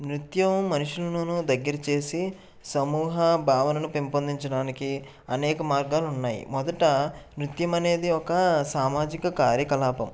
నృత్యం మనుషులను దగ్గర చేసి సమూహ భావనను పెంపొందించడానికి అనేకమార్గాలు ఉన్నాయి మొదట నృత్యం అనేది ఒక సామాజిక కార్యకలాపం